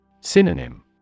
Synonym